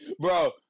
Bro